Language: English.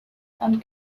and